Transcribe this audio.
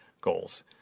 goals